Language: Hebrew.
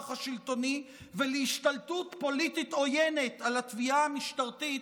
השלטוני ולהשתלטות פוליטית עוינת על התביעה המשטרתית,